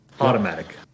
Automatic